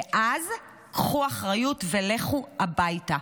ואז קחו אחריות ולכו הביתה.